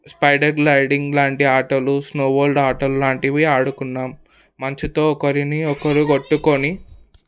spider gliding లాంటి ఆటలు snow world ఆటల లాంటివి ఆడుకున్నాం మంచుతో ఒకరిని ఒకరు కొట్టుకొని